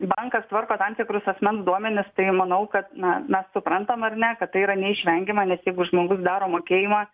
bankas tvarko tam tikrus asmens duomenis tai manau kad na mes suprantam ar ne kad tai yra neišvengiama nes jeigu žmogus daro mokėjimą